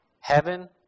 heaven